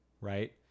right